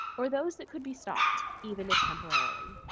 or those that could be stopped, even if temporarily.